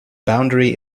boundary